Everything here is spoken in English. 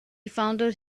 fondled